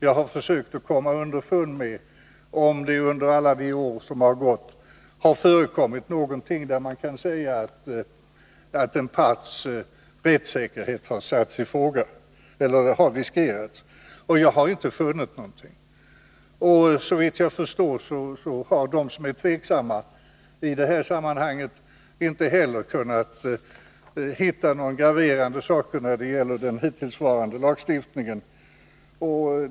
Jag har försökt att komma underfund med om det under alla de år som gått har förekommit något fall där man kunnat säga att en parts rättssäkerhet har riskerats, och jag har inte funnit något sådant. Såvitt jag förstår har inte heller de som i detta sammanhang är tveksamma hittat något graverande när det gäller den hittillsvarande lagstiftningen.